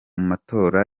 matora